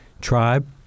tribe